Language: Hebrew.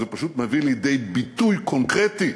זה פשוט מביא לידי ביטוי קונקרטי,